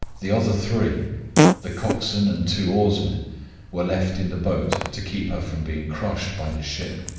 the other three the coxswain and two oarsmen were left in the boat to keep her from being crushed by the ship.